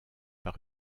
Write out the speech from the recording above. par